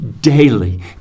daily